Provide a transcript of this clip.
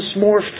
more